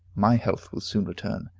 my health will soon return,